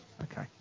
Okay